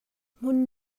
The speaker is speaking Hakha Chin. hmun